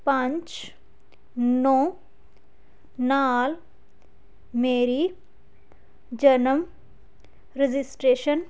ਪੰਜ ਨੌਂ ਨਾਲ ਮੇਰੀ ਜਨਮ ਰਜਿਸਟ੍ਰੇਸ਼ਨ